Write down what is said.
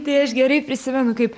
tai aš gerai prisimenu kaip